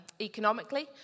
economically